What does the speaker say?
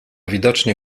widocznie